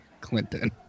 Clinton